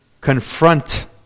Confront